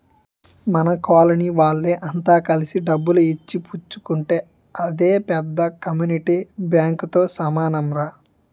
మన కోలనీ వోళ్ళె అంత కలిసి డబ్బులు ఇచ్చి పుచ్చుకుంటే అదే పెద్ద కమ్యూనిటీ బాంకుతో సమానంరా